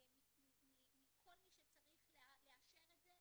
מכל מי שצריך לאשר את זה,